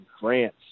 France